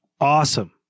awesome